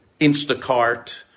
Instacart